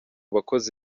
bakozi